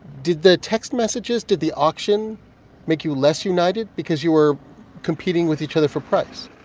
did the text messages did the auction make you less united because you were competing with each other for price?